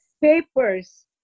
Papers